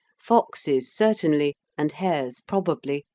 foxes certainly, and hares probably,